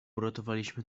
uratowaliśmy